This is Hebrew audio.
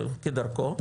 כדרכו,